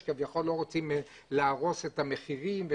שכביכול לא רוצים להרוס את המחירים.